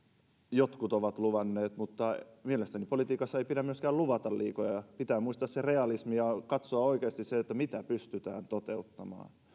jotkut ovat luvanneet mutta mielestäni politiikassa ei pidä myöskään luvata liikoja pitää muistaa se realismi ja katsoa oikeasti mitä pystytään toteuttamaan